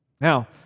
Now